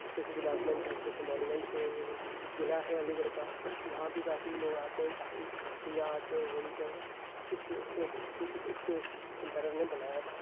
اچھے سے ڈپارٹمینٹ ہیں اچھے سے مونیومینٹس ہیں قلعہ ہے علی گڑھ کا وہاں بھی کافی لوگ آتے ہیں کافی سیاح آتے ہیں گھومتے ہیں اس کو ایک امپیرر نے بنایا تھا